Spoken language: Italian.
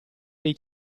dei